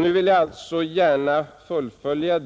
Nu vill jag alltså gärna fullfölja